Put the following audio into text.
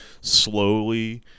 slowly